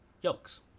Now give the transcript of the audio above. yolks